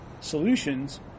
solutions